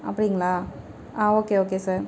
அப்படிங்ளா ஆ okay okay sir